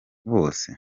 bose